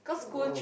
oh